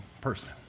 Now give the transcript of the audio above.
person